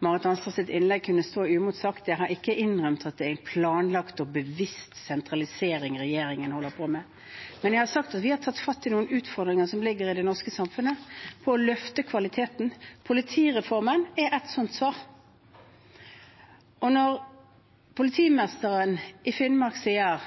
Marit Arnstads innlegg kunne ikke få stå uimotsagt. Jeg har ikke innrømmet at det er en planlagt og bevisst sentralisering regjeringen holder på med, men jeg har sagt at vi har tatt tak i noen utfordringer som finnes i det norske samfunnet, for å løfte kvaliteten. Politireformen er et svar på det. Når politimesteren i Finnmark sier